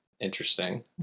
Interesting